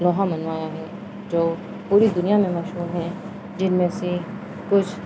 لوہا منوایا ہے جو پوری دنیا میں مشہور ہیں جن میں سے کچھ